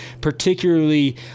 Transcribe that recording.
Particularly